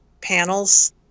panels